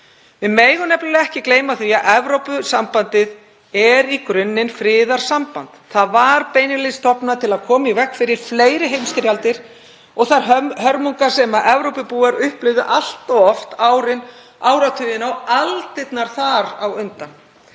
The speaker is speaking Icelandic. Við megum nefnilega ekki gleyma því að Evrópusambandið er í grunninn friðarsamband. Það var beinlínis stofnað til að koma í veg fyrir fleiri heimsstyrjaldir og þær hörmungar sem Evrópubúar upplifðu allt of oft áratugina og aldirnar þar á undan.